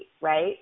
right